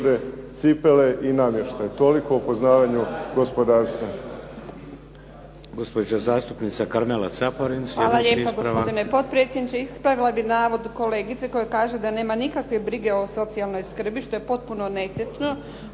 cipele i namještaj. Toliko o poznavanju gospodarstva.